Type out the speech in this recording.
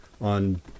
on